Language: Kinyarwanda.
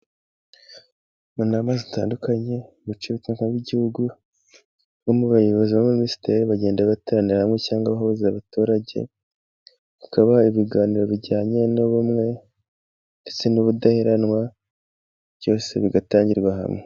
Mu nama zitandukanye, mu by'ubutaka bw'igihugu no mu bayobozi b'abaminisitiri bagenda bateranira hamwe, cyangwa bahuza abaturage, bakabaha ibiganiro bijyanye n'ubumwe, ndetse n'ubudaheranwa byose bigatangirwa hamwe.